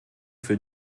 für